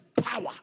power